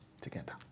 together